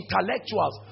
intellectuals